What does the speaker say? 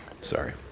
Sorry